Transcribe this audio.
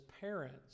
parents